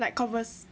like Converse